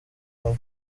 hamwe